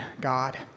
God